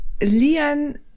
Lian